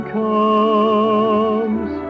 comes